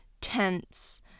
tense